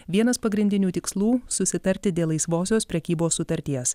vienas pagrindinių tikslų susitarti dėl laisvosios prekybos sutarties